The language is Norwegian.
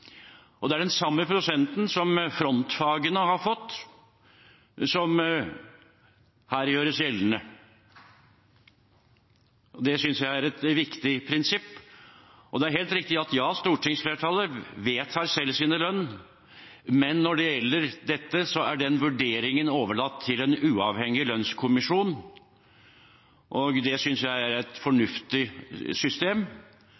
Det er den samme prosenten som frontfagene har fått, som her gjøres gjeldende. Det synes jeg er et viktig prinsipp. Det er helt riktig at stortingsflertallet selv vedtar sin lønn, men når det gjelder dette, er den vurderingen overlatt til en uavhengig lønnskommisjon, og det synes jeg er et